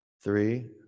three